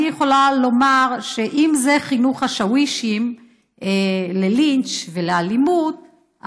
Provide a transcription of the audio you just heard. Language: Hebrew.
אני יכולה לומר שאם זה חינוך השווישים ללינץ' ולאלימות,